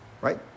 right